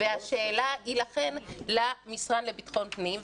והשאלה היא לכן למשרד לביטחון הפנים.